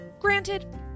Granted